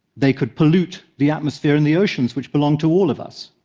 they could pollute the atmosphere and the oceans, which belong to all of us,